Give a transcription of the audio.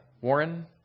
Warren